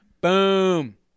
Boom